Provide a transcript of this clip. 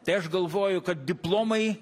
tai aš galvoju kad diplomai